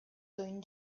doing